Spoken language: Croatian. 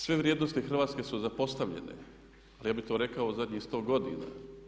Sve vrijednosti Hrvatske su zapostavljene, ali ja bih to rekao u zadnjih 100 godina.